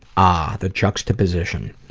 ah, the juxtaposition.